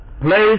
place